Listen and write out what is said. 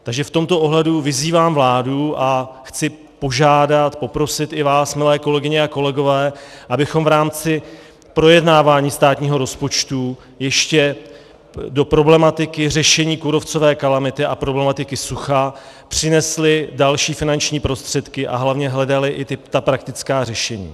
V tomto ohledu vyzývám vládu a chci požádat, poprosit i vás, milé kolegyně a kolegové, abychom v rámci projednávání státního rozpočtu ještě do problematiky řešení kůrovcové kalamity a problematiky sucha přinesli další finanční prostředky a hlavně hledali i ta praktická řešení.